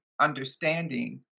understanding